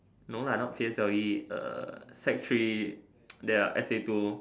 no lah not P_S_L_E uh sec three there's S a two